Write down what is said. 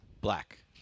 Black